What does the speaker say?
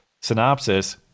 synopsis